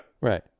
Right